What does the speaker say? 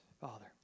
Father